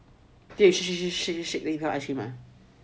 milk shake shake shake shake shake then become ice cream ah